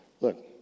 look